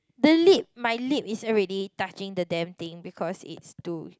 the lip my lip is already touching the damn thing because it's too